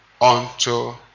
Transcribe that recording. unto